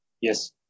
Yes